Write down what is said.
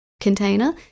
container